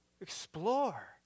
Explore